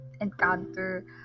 encounter